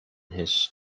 his